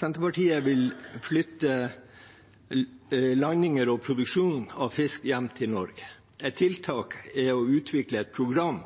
Senterpartiet vil flytte landinger og produksjon av fisk hjem til Norge – ett tiltak er å utvikle et program